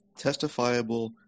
testifiable